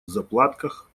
заплатках